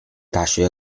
大学